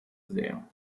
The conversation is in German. sehr